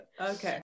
okay